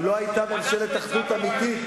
כי לא היתה ממשלת אחדות אמיתית.